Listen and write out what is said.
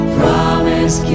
promise